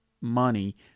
money